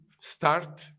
start